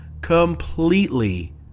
completely